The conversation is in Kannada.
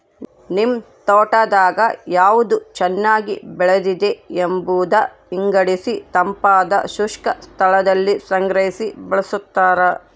ನಿಮ್ ತೋಟದಾಗ ಯಾವ್ದು ಚೆನ್ನಾಗಿ ಬೆಳೆದಿದೆ ಎಂಬುದ ವಿಂಗಡಿಸಿತಂಪಾದ ಶುಷ್ಕ ಸ್ಥಳದಲ್ಲಿ ಸಂಗ್ರಹಿ ಬಳಸ್ತಾರ